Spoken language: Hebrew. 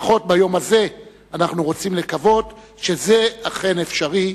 לפחות ביום הזה אנחנו רוצים לקוות שזה אכן אפשרי.